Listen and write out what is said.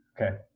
okay